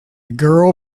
girl